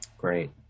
Great